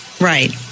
Right